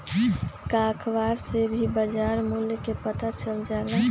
का अखबार से भी बजार मूल्य के पता चल जाला?